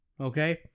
okay